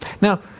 Now